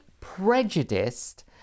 prejudiced